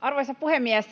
Arvoisa puhemies!